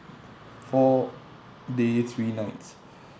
four day three nights